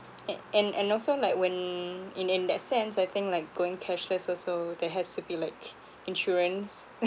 and and and also like when in in that sense I think like going cashless also there has to be like c~ insurance